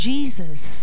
Jesus